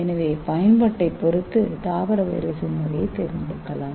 எனவே பயன்பாட்டைப் பொறுத்து தாவர வைரஸின் வகையைத் தேர்ந்தெடுக்கலாம்